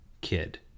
kid